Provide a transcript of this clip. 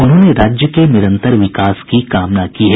उन्होंने राज्य के निरंतर विकास की कामना की है